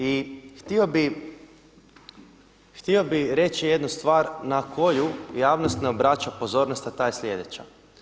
I htio bih reći jednu stvar na koju javnost ne obraća pozornost a ta je sljedeća.